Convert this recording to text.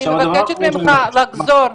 אני מבקשת ממך לחזור,